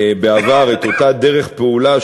בעבר אותה דרך פעולה,